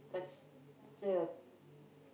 that's the